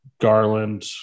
Garland